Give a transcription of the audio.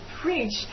preach